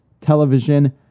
television